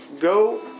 Go